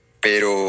pero